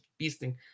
beasting